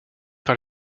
par